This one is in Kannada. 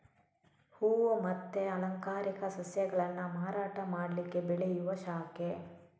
ಹೂವು ಮತ್ತೆ ಅಲಂಕಾರಿಕ ಸಸ್ಯಗಳನ್ನ ಮಾರಾಟ ಮಾಡ್ಲಿಕ್ಕೆ ಬೆಳೆಯುವ ಶಾಖೆ